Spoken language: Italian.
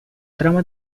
trama